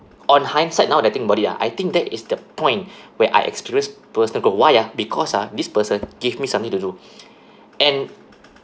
on hindsight now that I think about it ah I think that is the point where I experienced personal growth why ah because ah this person give me something to do and